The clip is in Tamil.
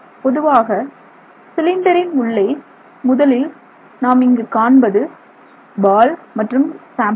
பொதுவாக சிலிண்டரின் உள்ளே முதலில் நாம் இங்கு காண்பது பால் மற்றும் சாம்பிள்